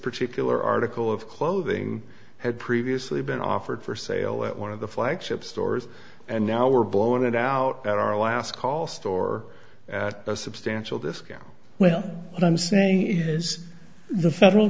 particular article of clothing had previously been offered for sale at one of the flagship stores and now we're blowing it out at our last call store at a substantial discount well what i'm saying is the federal